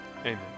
amen